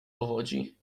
powodzi